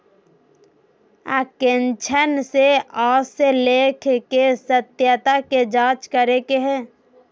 अंकेक्षण से आशय लेख के सत्यता के जांच करे के हइ